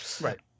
Right